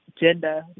gender